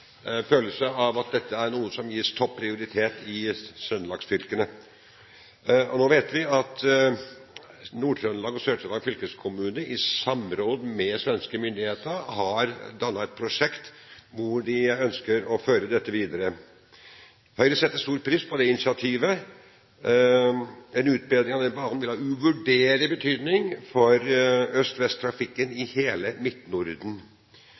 følelse av at dette er noe som gis topp prioritet i trøndelagsfylkene. Nå vet vi at Nord-Trøndelag og Sør-Trøndelag fylkeskommune, i samråd med svenske myndigheter, har dannet et prosjekt hvor de ønsker å føre dette videre. Høyre setter stor pris på det initiativet. En utbedring av Meråkerbanen vil ha uvurderlig betydning for